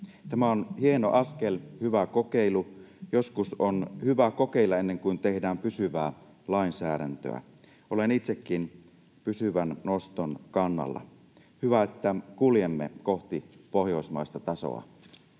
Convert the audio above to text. Tämä on hieno askel, hyvä kokeilu. Joskus on hyvä kokeilla, ennen kuin tehdään pysyvää lainsäädäntöä. Olen itsekin pysyvän noston kannalla. Hyvä, että kuljemme kohti pohjoismaista tasoa.